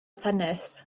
tennis